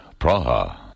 Praha